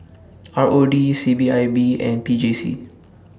R O D C P I B and P J C